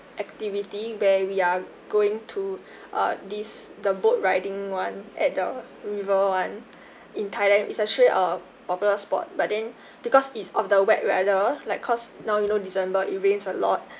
activity where we are going to uh this the boat riding [one] at the river [one] in thailand it's actually a popular spot but then because it's of the wet weather like cause now you know december it rains a lot